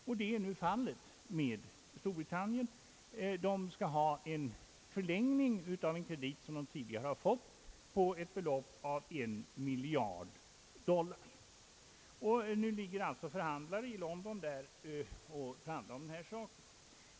Så är nu fallet beträffande Storbritannien, som vill ha en förlängning av en kredit som tidigare har beviljats. Det rör sig om ett belopp av en miljard dollar. Nu förhandlar man alltså i London om den här saken.